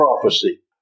prophecy